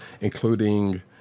including